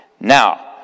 Now